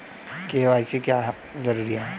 KYC क्यों जरूरी है?